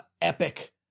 epic